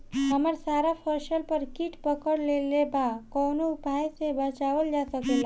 हमर सारा फसल पर कीट पकड़ लेले बा कवनो उपाय से बचावल जा सकेला?